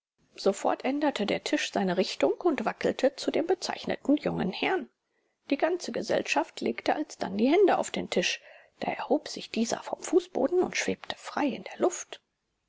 sofort änderte der tisch seine richtung und wackelte zu dem bezeichneten jungen herrn die ganze gesellschaft legte alsdann die hände auf den tisch da erhob sich dieser vom fußboden und schwebte frei in der luft